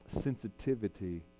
sensitivity